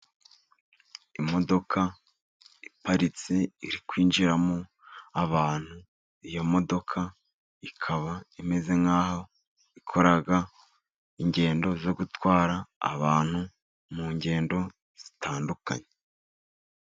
Imodoka iparitse iri kwinjiramo abantu. Iyo modoka ikaba imeze nk'aho ikora ingendo zo gutwara abantu mu ngendo zitandukanye.